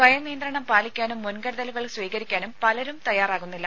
സ്വയം നിയന്ത്രണം പാലിക്കാനും മുൻകരുതലുകൾ സ്വീകരിക്കാനും പലരും തയാറാകുന്നില്ല